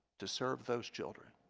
to serve those children